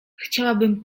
chciałabym